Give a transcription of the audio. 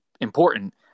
important